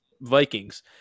Vikings